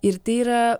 ir tai yra